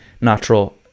natural